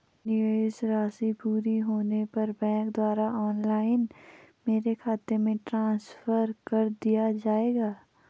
निवेश राशि पूरी होने पर बैंक द्वारा ऑनलाइन मेरे खाते में ट्रांसफर कर दिया जाएगा?